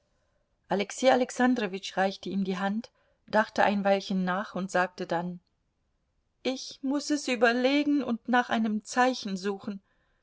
alexei alexandrowitsch reichte ihm die hand dachte ein weilchen nach und sagte dann ich muß es überlegen und nach einem zeichen suchen